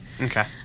Okay